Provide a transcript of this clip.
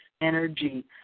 energy